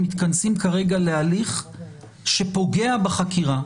מתכנסים כרגע להליך שפוגע בחקירה.